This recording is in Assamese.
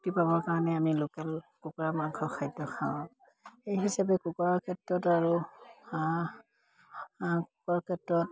শক্তি পাবৰ কাৰণে আমি লোকেল কুকুৰাৰ মাংস খাদ্য খাওঁ এই হিচাপে কুকুৰাৰ ক্ষেত্ৰত আৰু হাঁহ হাঁহ কুকুৰাৰ ক্ষেত্ৰত